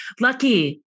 lucky